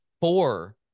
four